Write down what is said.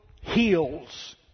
heals